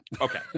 Okay